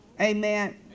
Amen